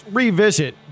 revisit